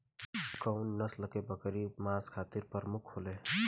कउन नस्ल के बकरी मांस खातिर प्रमुख होले?